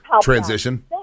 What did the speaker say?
transition